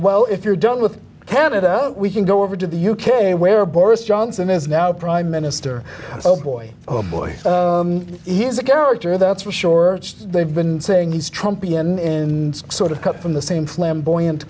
well if you're done with canada we can go over to the u k where boris johnson is now prime minister oh boy oh boy he's a character that's for sure they've been saying he's trumping in sort of cut from the same flamboyant